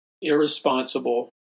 irresponsible